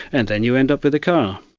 and then you end up with a car.